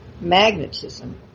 magnetism